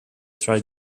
try